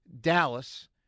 Dallas